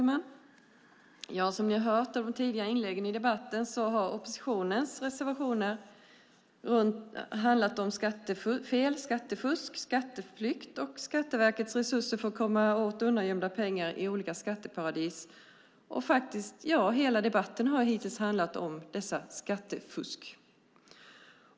Fru talman! Som ni har hört av de tidigare inläggen i debatten har oppositionens reservationer handlat om skattefel, skattefusk, skatteflykt och Skatteverkets resurser för att komma åt undangömda pengar i olika skatteparadis. Hela debatten har faktiskt hittills handlat om detta skattefusk.